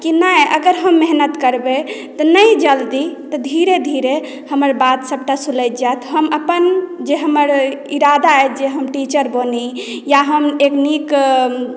नहि अगर हम मेहनत करबै तऽ नहि जल्दी धीरे धीरे हमर बात सभटा सुलझि जायत हमर जे अपन जे हमर इरादा अछि जे हम टीचर बनी या हम एक नीक